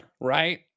right